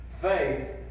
faith